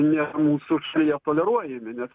nėra mūsų šalyje toleruojami nes